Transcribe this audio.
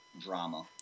drama